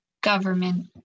government